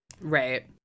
right